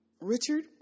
Richard